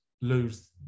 lose